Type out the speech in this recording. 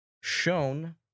shown